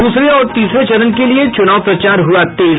दूसरे और तीसरे चरण के लिये चुनाव प्रचार हुआ तेज